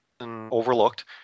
overlooked